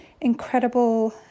incredible